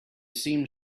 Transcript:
seemed